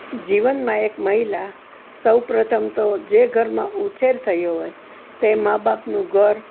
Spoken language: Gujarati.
જીવનમાં એક મહિલા સૌપ્રથમ તો જે ઘરમાં ઉછેર થયો હોય તે મા બાપનું ઘર